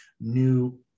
new